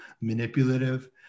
manipulative